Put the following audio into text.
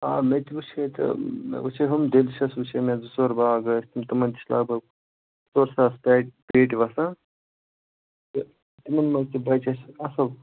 آ مےٚ تہِ وٕچھے تہٕ مےٚ وٕچھے ہُم ڈٮ۪لشَش وٕچھے مےٚ زٕ ژور باغ ٲسۍ تِم تِمَن تہِ چھِ لگ بگ زٕ ژور ساس پیٹہِ پیٹہِ وَسان تہٕ یِمَن منٛز تہِ بَچہِ اَسہِ اَصٕل